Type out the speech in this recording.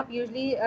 usually